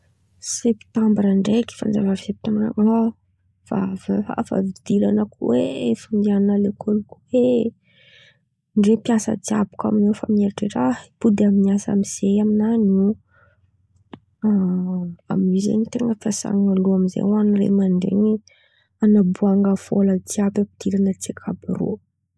Septambra ndraiky fanjava vita an̈ao fa avy: fidiran̈a ko e, fandian̈ana a lekôly koa e! Ndrey mpiasa jiàby kà aminio efa mieritreritra: ha hipody amy asa amy zay amin̈any io. Aminio zen̈y ten̈a fiasan̈ana loha amy zay amy ray aman-dren̈y an̈aboahan̈a vôla jiàby hampidiran̈a tsaiky àby irô.